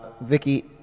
Vicky